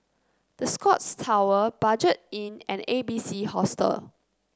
The Scotts Tower Budget Inn and A B C Hostel